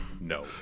no